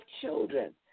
children